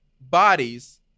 bodies